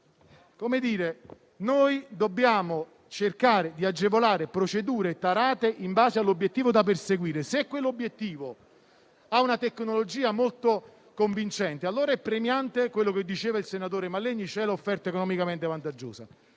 vero che noi dobbiamo cercare di agevolare procedure tarate in base all'obiettivo da perseguire. Se quell'obiettivo ha una tecnologia molto convincente, allora è premiante - come diceva il senatore Mallegni - l'offerta economicamente vantaggiosa.